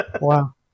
Wow